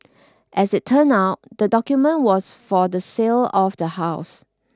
as it turned out the document was for the sale of the house